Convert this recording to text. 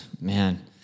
Man